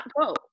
go